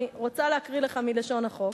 אני רוצה להקריא לך מלשון החוק,